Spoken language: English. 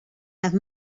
have